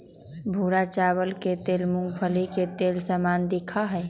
भूरा चावल के तेल मूंगफली के तेल के समान दिखा हई